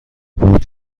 بود